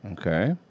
Okay